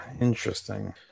Interesting